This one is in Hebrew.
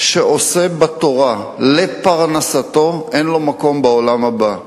שעוסק בתורה לפרנסתו, אין לו מקום בעולם הבא.